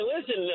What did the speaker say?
listen